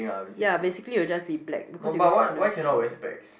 yeah basically it would just be black because you just cannot see anything